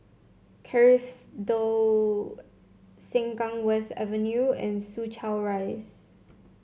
Kerrisdale Sengkang West Avenue and Soo Chow Rise